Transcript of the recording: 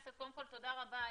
קודם כל, תודה רבה בועז.